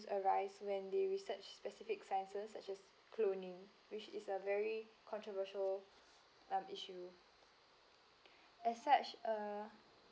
arise when they research specific sciences such as cloning which is a very controversial um issue as such